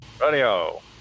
Radio